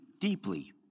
deeply